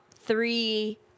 three